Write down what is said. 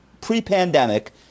pre-pandemic